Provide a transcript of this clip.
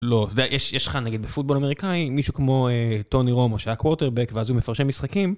לא, אתה יודע יש לך נגיד בפוטבול אמריקאי מישהו כמו טוני רומו שהיה קוואטרבק ואז הוא מפרשן משחקים